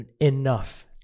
enough